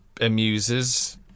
amuses